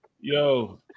Yo